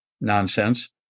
nonsense